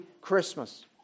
Christmas